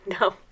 No